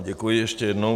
Děkuji ještě jednou.